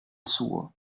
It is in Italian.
suo